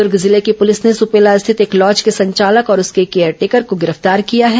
दुर्ग जिले की पुलिस ने सुपेला स्थित एक लॉज के संचालक और उसके केयर टेकर को गिरफ्तार किया है